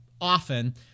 often